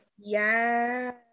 yes